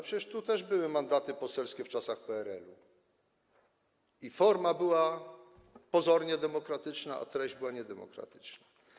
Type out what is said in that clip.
Przecież tu też były mandaty poselskie w czasach PRL i forma była pozornie demokratyczna, a treść była niedemokratyczna.